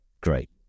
great